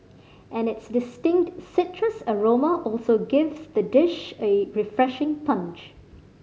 and its distinct citrus aroma also gives the dish a refreshing punch